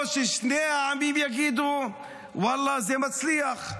או ששני העמים יגידו: וואלה זה מצליח,